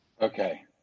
Okay